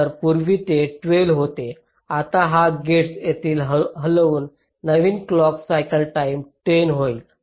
तर पूर्वी हे 12 होते आता हा गेट्स येथे हलवून नवीन क्लॉक सायकल टाईम 10 होईल